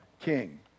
king